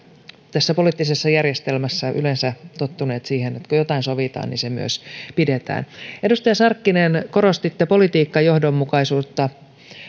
tässä poliittisessa järjestelmässä yleensä tottuneet siihen että kun jotain sovitaan niin se myös pidetään edustaja sarkkinen korostitte politiikkajohdonmukaisuutta